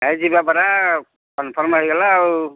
ହେଇ ଯିବା ପରା କନ୍ଫର୍ମ୍ ହୋଇଗଲା ଆଉ